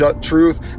truth